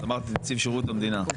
את אמרת נציב שירות המדינה,